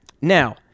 Now